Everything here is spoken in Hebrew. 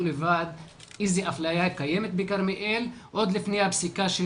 לבד איזה אפליה קיימת בכרמיאל עוד לפני הפסיקה של